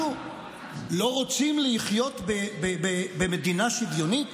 אנחנו לא רוצים לחיות במדינה שוויונית?